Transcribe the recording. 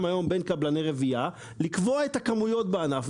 היום בין קבלני רבייה לקבוע את הכמויות בענף,